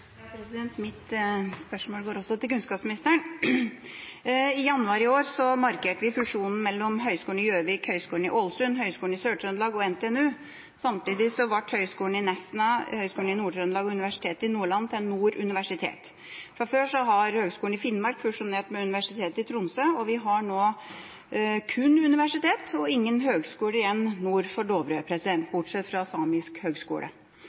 Mitt spørsmål går også til kunnskapsministeren. I januar i år markerte vi fusjonen mellom Høgskolen i Gjøvik, Høgskolen i Ålesund, Høgskolen i Sør-Trøndelag og NTNU. Samtidig ble Høgskolen i Nesna, Høgskolen i Nord-Trøndelag og Universitetet i Nordland til Nord universitet. Fra før har Høgskolen i Finnmark fusjonert med Universitetet i Tromsø, og vi har nå kun universitet og ingen høgskoler igjen nord for Dovre, bortsett fra Samisk høgskole.